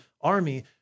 army